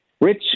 Rich